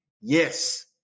yes